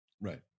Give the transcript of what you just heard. Right